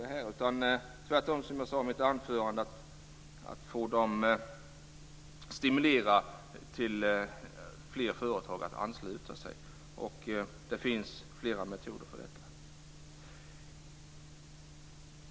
Tvärtom ska vi, som jag sade i mitt anförande, stimulera fler företag att ansluta sig. Det finns flera metoder för detta.